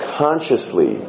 consciously